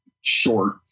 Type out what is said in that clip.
short